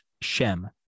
shem